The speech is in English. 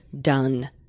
done